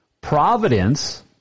Providence